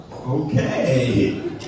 Okay